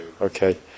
okay